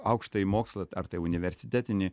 aukštąjį mokslą ar tai universitetinį